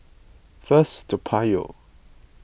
First Toa Payoh